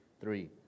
three